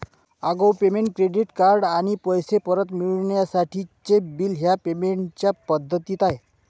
आगाऊ payment, credit card आणि पैसे परत मिळवण्यासाठीचे बिल ह्या पेमेंट च्या पद्धती आहे